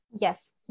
Yes